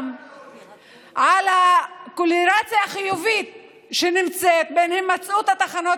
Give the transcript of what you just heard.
על הקורלציה החיובית בין הימצאות תחנות